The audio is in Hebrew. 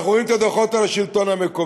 אנחנו רואים את הדוחות על השלטון המקומי.